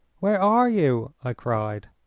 where are you? i cried.